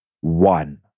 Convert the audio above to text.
one